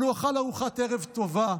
אבל הוא אכל ארוחת ערב טובה,